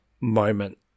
moment